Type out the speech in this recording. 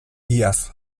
iaz